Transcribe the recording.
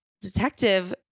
detective